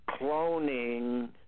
cloning